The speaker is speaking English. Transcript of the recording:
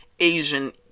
asian